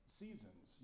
seasons